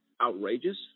outrageous